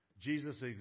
Jesus